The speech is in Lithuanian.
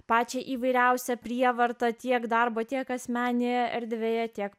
pačią įvairiausią prievartą tiek darbo tiek asmeninėje erdvėje tiek